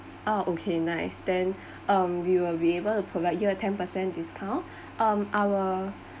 ah okay nice then um we will be able to provide you a ten per cent discount um our